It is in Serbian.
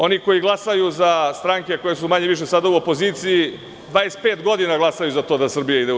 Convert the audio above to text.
Oni koji glasaju za stranke koje su manje ili više sada u opoziciji, 25 godina glasaju za to da Srbija ide u EU.